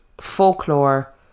folklore